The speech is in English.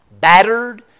battered